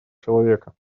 человека